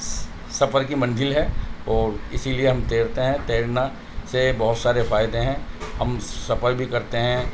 سفر کی منزل ہے اور اسی لیے ہم تیرتے ہیں تیرنا سے بہت سارے فائدے ہیں ہم سفر بھی کرتے ہیں